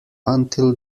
until